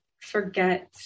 forget